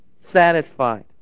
satisfied